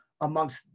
amongst